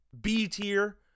B-tier